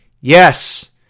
Yes